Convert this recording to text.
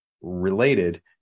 related